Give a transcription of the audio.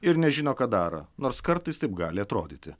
ir nežino ką daro nors kartais taip gali atrodyti